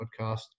podcast